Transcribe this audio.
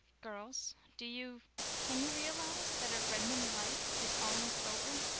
girls, do you can you realize that our redmond life is almost over?